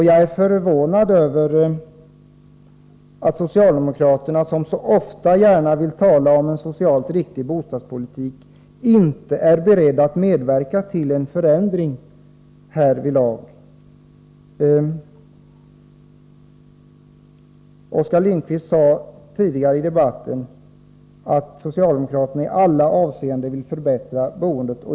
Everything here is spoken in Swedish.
Jag är förvånad över att socialdemokraterna, som så ofta gärna talar om en socialt riktig bostadspolitik, inte är beredda att medverka till en förändring härvidlag. Oskar Lindkvist sade i debatten tidigare att socialdemokraterna vill förbättra boendet i alla avseenden.